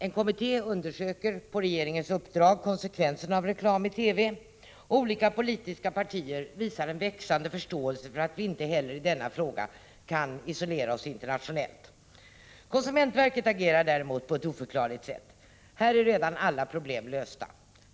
En kommitté undersöker på regeringens uppdrag konsekvenserna av reklam i TV, och olika politiska partier visar en växande förståelse för att vi inte heller i denna fråga kan isolera oss internationellt sett. Konsumentverket agerar däremot på ett oförklarligt sätt. Här är redan alla problem lösta.